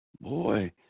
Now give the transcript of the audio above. Boy